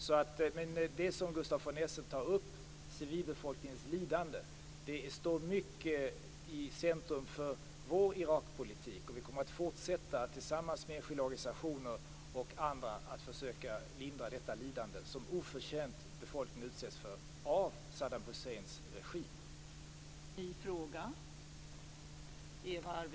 Men det som Gustaf von Essen tar upp, civilbefolkningens lidande, står mycket i centrum för vår Irakpolitik. Vi kommer tillsammans med enskilda organisationer och andra att fortsätta försöka lindra detta lidande som befolkningen oförtjänt utsätts för av